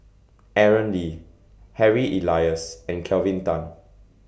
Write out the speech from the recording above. Aaron Lee Harry Elias and Kelvin Tan